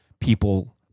people